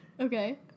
Okay